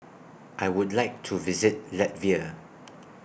I Would like to visit Latvia